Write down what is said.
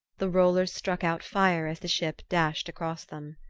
the rollers struck out fire as the ship dashed across them.